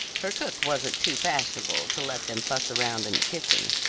her cook wasn't too fashionable to let them fuss around in the kitchen.